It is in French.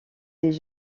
des